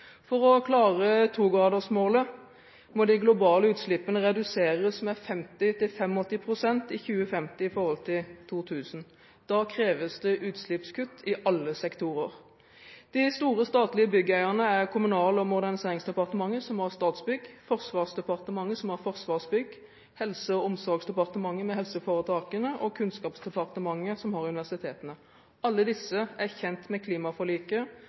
For å klare togradersmålet må de globale utslippene reduseres med 50–85 pst. i 2050 i forhold til 2000. Da kreves det utslippskutt i alle sektorer. De store statlige byggeierne er Kommunal- og moderniseringsdepartementet, som har Statsbygg, Forsvarsdepartementet, som har Forsvarsbygg, Helse- og omsorgsdepartementet, med helseforetakene, og Kunnskapsdepartementet, som har universitetene. Alle disse er kjent med klimaforliket